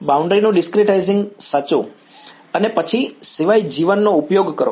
વિદ્યાર્થી અને પછી સિવાય G1 નો ઉપયોગ કરો